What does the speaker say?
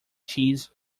cheese